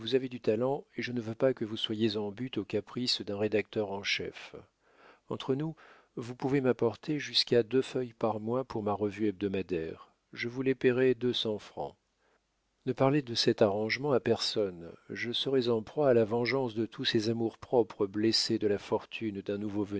du talent et je ne veux pas que vous soyez en butte aux caprices d'un rédacteur en chef entre nous vous pouvez m'apporter jusqu'à deux feuilles par mois pour ma revue hebdomadaire je vous les payerai deux cents francs ne parlez de cet arrangement à personne je serais en proie à la vengeance de tous ces amours-propres blessés de la fortune d'un nouveau